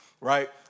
Right